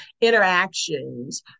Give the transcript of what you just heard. interactions